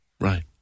Right